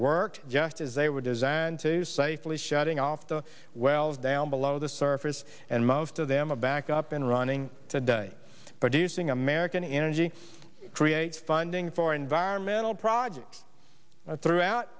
work just as they were designed to safely shutting off the wells down below the surface and most of them a back up and running today but using american energy create funding for environmental projects throughout